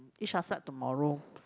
Yisha start tomorrow